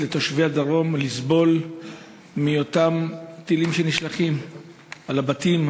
לתושבי הדרום לסבול מהטילים שנשלחים אל הבתים,